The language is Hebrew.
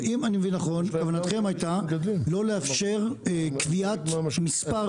כוונתכם הייתה לא לאפשר קביעת מספר